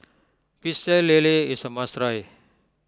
Pecel Lele is a must try